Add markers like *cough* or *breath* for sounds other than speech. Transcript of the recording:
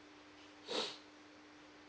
*breath*